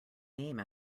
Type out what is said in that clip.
name